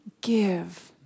give